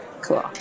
Cool